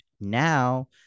now